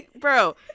Bro